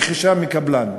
רכישה מקבלן,